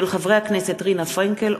של חברי הכנסת רינה פרנקל,